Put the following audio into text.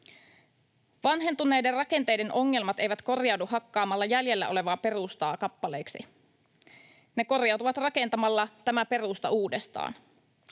Vanhentuneiden rakenteiden ongelmat eivät korjaannu hakkaamalla jäljellä olevaa perustaa kappaleiksi. Ne korjaantuvat rakentamalla tämä perusta uudestaan.